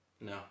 No